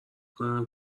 کنم